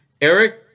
Eric